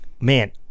Man